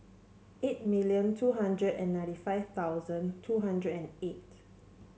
eight million two hundred and ninety five thousand two hundred and eight